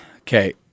Okay